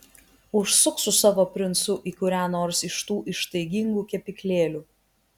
užsuk su savo princu į kurią nors iš tų ištaigingų kepyklėlių